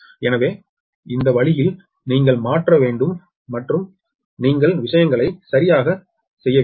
எனவே இந்த வழியில் நீங்கள் மாற்ற வேண்டும் மற்றும் நீங்கள் விஷயங்களை சரியாக செய்ய வேண்டும்